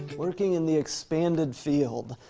working in the expanded field.